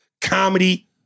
Comedy